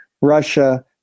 Russia